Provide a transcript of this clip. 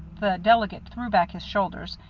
the delegate threw back his shoulders,